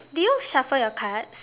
do you shuffle your cards